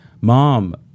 Mom